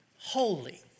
holy